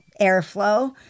airflow